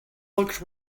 looked